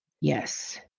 Yes